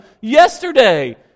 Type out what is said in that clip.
yesterday